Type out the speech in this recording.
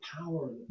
power